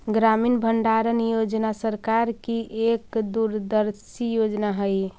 ग्रामीण भंडारण योजना सरकार की एक दूरदर्शी योजना हई